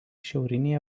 šiaurinėje